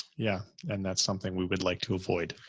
yeah. and that's something we would like to avoid.